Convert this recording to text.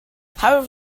however